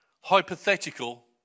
hypothetical